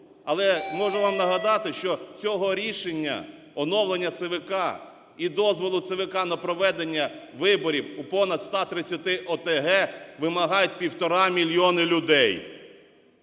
Але можу вам нагадати, що цього рішення – оновлення ЦВК і дозволу ЦВК на проведення виборів у понад 130 ОТГ вимагають 1,5 мільйона людей.